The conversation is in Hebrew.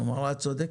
הוא אמר לה את צודקת,